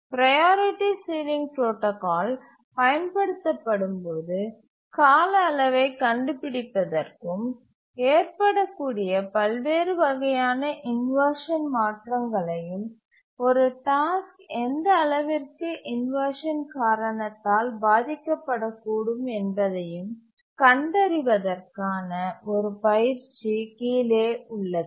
priority ceiling protocol பயன் படுத்த படும்போது கால அளவைக் கண்டுபிடிப்பதற்கும் ஏற்படக்கூடிய பல்வேறு வகையான இன்வர்ஷன் மாற்றங்களையும் ஒரு டாஸ்க் எந்த அளவிற்கு இன்வர்ஷன் காரணத்தால் பாதிக்கப்படக்கூடும் என்பதையும் கண்டறிவதற்கான ஒரு பயிற்சி கீழே உள்ளது